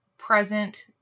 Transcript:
Present